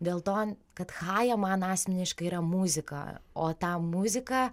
dėl to kad chajė man asmeniškai yra muzika o tą muziką